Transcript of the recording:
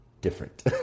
different